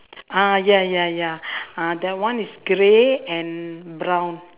ah ya ya ya ah that one is grey and brown